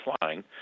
flying